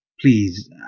please